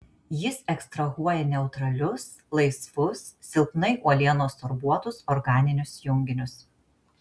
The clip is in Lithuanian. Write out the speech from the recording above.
jis ekstrahuoja neutralius laisvus silpnai uolienos sorbuotus organinius junginius